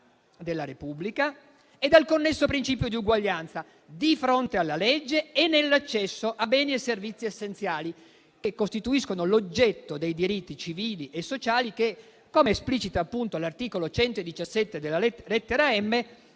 della Repubblica e al connesso principio di uguaglianza di fronte alla legge e nell'accesso a beni e servizi essenziali, che costituiscono l'oggetto dei diritti civili e sociali che, come esplicita appunto l'articolo 117, lettera